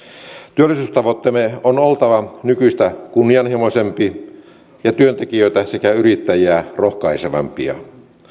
työllisyystavoitteemme on oltava nykyistä kunnianhimoisempia ja työntekijöitä sekä yrittäjiä rohkaisevampia